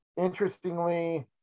Interestingly